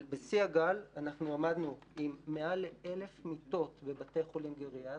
בשיא הגל אנחנו עמדנו עם מעל 1,000 מיטות בבתי החולים הגריאטריים,